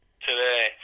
Today